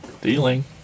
Dealing